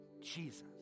Jesus